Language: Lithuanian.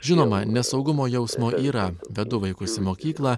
žinoma nesaugumo jausmo yra vedu vaikus į mokyklą